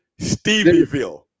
Stevieville